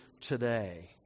today